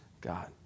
God